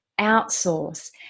outsource